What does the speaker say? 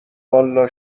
والا